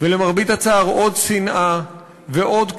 ולמרבה הצער עוד שנאה ועוד כאב,